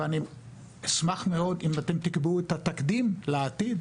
ואני אשמח מאוד אם אתם תקבעו את התקדים לעתיד